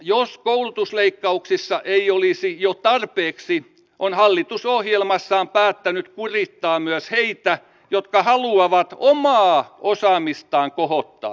jos koulutusleikkauksissa ei olisi jo tarpeeksi on hallitus ohjelmassaan päättänyt kurittaa myös heitä jotka haluavat omaa osaamistaan kohottaa